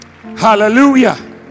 hallelujah